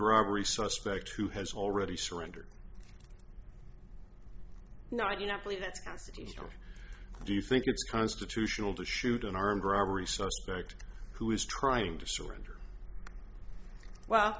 robbery suspect who has already surrendered no i do not believe that's constitutional do you think it's constitutional to shoot an armed robbery suspect who is trying to surrender well